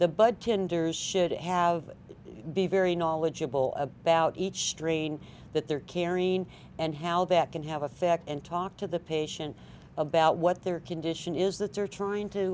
the bud kinda should have to be very knowledgeable about each strain that they're carrying and how that can have effect and talk to the patient about what their condition is that they're trying to